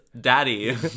Daddy